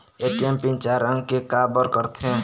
ATM pin चार अंक के का बर करथे?